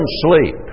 sleep